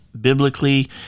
biblically